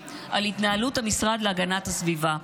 על התנהלות המשרד להגנת הסביבה.